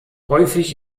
häufig